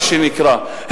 מה שנקרא,